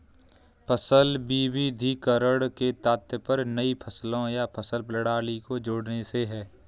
फसल विविधीकरण से तात्पर्य नई फसलों या फसल प्रणाली को जोड़ने से है